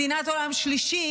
מדינת עולם שלישי,